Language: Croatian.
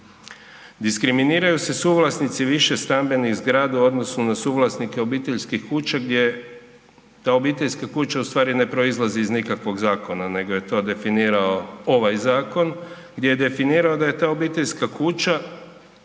Diskriminiraju se suvlasnici višestambenih zgrada u odnosu na suvlasnike obiteljskih kuća gdje, da obiteljske kuće u stvari ne proizlaze iz nikakvog zakona nego je to definirao ovaj zakon, gdje je definirao da je ta obiteljska kuća